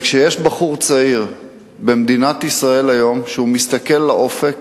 כשיש בחור צעיר במדינת ישראל היום שמסתכל אל האופק,